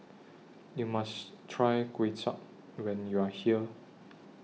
YOU must Try Kuay Chap when YOU Are here